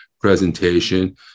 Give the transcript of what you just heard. presentation